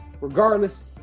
regardless